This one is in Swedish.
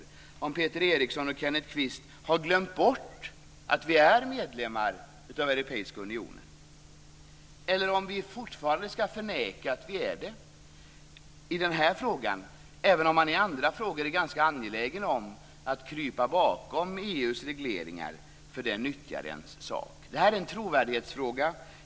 Man måste då fråga sig om Peter Eriksson och Kenneth Kvist har glömt bort att vi är medlemmar av Europeiska unionen. Eller skall vi fortfarande förneka att vi är det när det gäller den här frågan? I andra frågor är man ganska angelägen om att krypa bakom EU:s regleringar, eftersom det nyttjar ens sak. Detta är en trovärdighetsfråga.